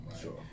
Sure